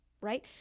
right